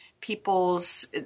people's